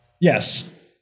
yes